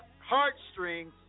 heartstrings